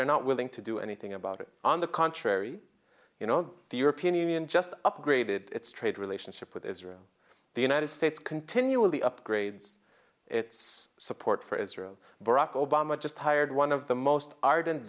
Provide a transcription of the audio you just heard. they're not willing to do anything about it on the contrary you know the european union just upgraded its trade relationship with israel the united states continually upgrades its support for israel barack obama just hired one of the most ar